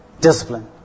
Discipline